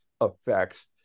effects